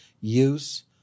use